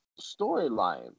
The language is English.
storyline